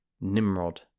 Nimrod